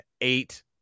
eight